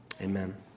amen